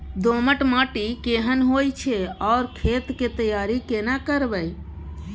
दोमट माटी केहन होय छै आर खेत के तैयारी केना करबै?